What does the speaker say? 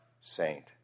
saint